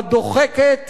הדוחקת,